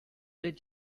did